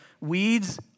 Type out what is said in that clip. Weeds